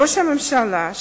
ראש הממשלה,